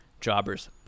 jobbers